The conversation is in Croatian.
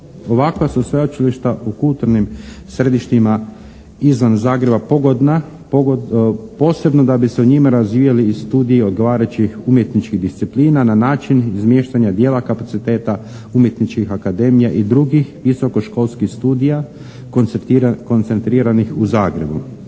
Ovakva su sveučilišta u kulturnim središtima izvan Zagreba pogodna, posebno da bi se u njima razvijali i studiji odgovarajućih umjetničkih disciplina na način izmještanja dijela kapaciteta umjetničkih akademija i drugih visokoškolskih studija koncentriranih u Zagrebu.